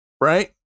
Right